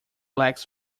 lacks